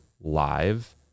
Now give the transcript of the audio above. live